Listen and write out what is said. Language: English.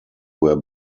were